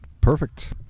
Perfect